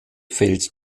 fällt